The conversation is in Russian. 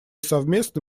совместно